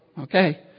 Okay